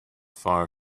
far